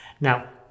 Now